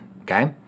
okay